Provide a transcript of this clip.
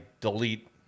delete